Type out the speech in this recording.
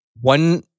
One